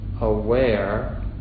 aware